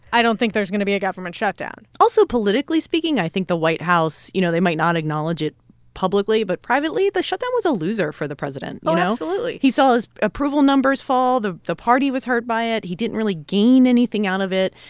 i don't think there's going to be a government shutdown also, politically speaking, i think the white house, you know, they might not acknowledge it publicly, but privately, the shutdown was a loser for the president oh, absolutely he saw his approval numbers fall. the the party was hurt by it. he didn't really gain anything out of it.